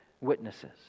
witnesses